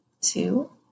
two